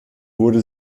wurde